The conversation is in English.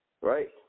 Right